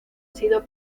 sido